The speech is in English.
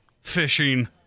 fishing